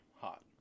hot